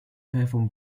performed